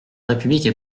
république